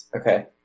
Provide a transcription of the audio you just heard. Okay